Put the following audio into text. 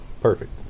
Perfect